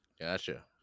gotcha